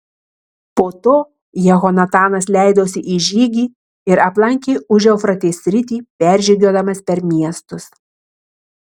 po to jehonatanas leidosi į žygį ir aplankė užeufratės sritį peržygiuodamas per miestus